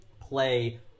play